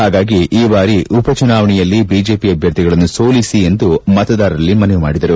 ಹಾಗಾಗಿ ಈ ಬಾರಿಯ ಉಪಚುನಾವಣೆಯಲ್ಲಿ ಬಿಜೆಪಿ ಅಭ್ಯರ್ಥಿಗಳನ್ನು ಸೋಲಿಸಿ ಎಂದು ಮತದಾರರಲ್ಲಿ ಮನವಿ ಮಾಡಿದರು